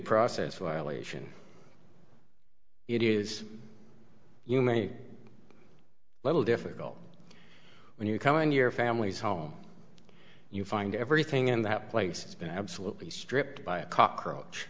process violation it is you many little difficult when you come in your family's home you find everything in that place it's been absolutely stripped by a cockroach